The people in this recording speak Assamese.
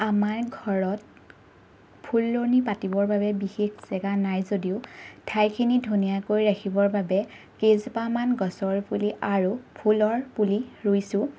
আমাৰ ঘৰত ফুলনি পাতিবৰ বাবে বিশেষ জেগা নাই যদিও ঠাইখিনি ধুনীয়া কৰি ৰাখিবৰ বাবে কেইজোপামান গছৰ পুলি আৰু ফুলৰ পুলি ৰুইছোঁ